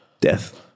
death